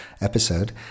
episode